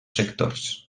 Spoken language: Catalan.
sectors